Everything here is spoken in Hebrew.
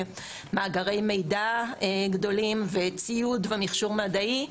מאגרי מידע גדולים וציוד ומכשור מדעי.